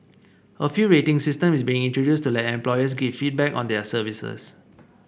a few rating system is being introduced to let employers give feedback on their services